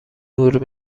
نور